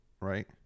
right